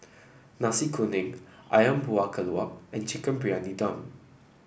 Nasi Kuning ayam Buah Keluak and Chicken Briyani Dum